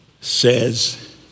says